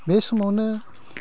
बे समावनो